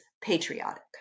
patriotic